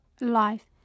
life